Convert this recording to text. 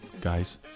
guys